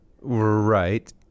Right